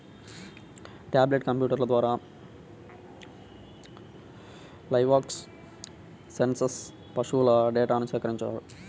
tablet కంప్యూటర్ల ద్వారా livestock census పశువుల డేటాను సేకరించారు